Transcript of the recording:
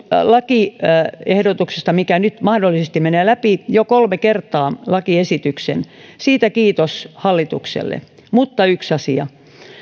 lakiehdotuksesta mikä nyt mahdollisesti menee läpi jo kolme kertaa lakiesityksen siitä kiitos hallitukselle mutta yksi asia